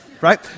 right